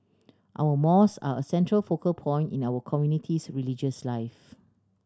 our mos are a central focal point in our community's religious life